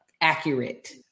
accurate